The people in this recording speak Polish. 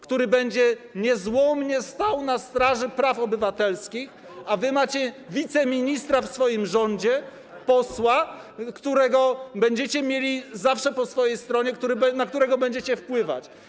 który będzie niezłomnie stał na straży praw obywatelskich, a wy macie wiceministra w swoim rządzie, posła, którego będziecie mieli zawsze po swojej stronie, na którego będziecie wpływać.